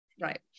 Right